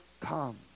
come